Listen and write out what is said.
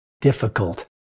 difficult